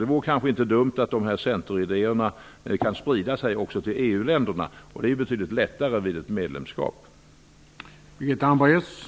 Det vore kanske inte så dumt om dessa centeridéerna kunde sprida sig också till EU-länderna. Detta blir det betydligt lättare att åstadkomma vid ett medlemskap.